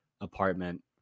apartment